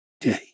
day